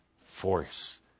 force